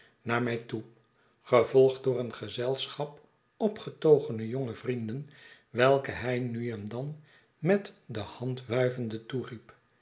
naar mij toe gevolgd door een gezelschap opgetogene jonge vrienden welke hij nu en dan met de hand wuivende toeriep